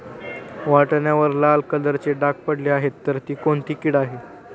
वाटाण्यावर लाल कलरचे डाग पडले आहे तर ती कोणती कीड आहे?